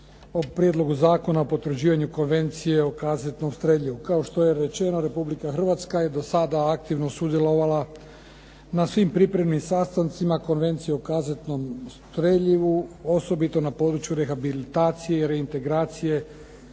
o Prijedlogu zakona o potvrđivanju Konvencije o kazetnom streljivu. Kao što je rečeno Republika Hrvatska je do sada aktivno sudjelovala na svim pripremnim sastancima Konvencije o kazetnom streljivu osobito na području rehabilitacije, reintegracije